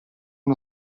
uno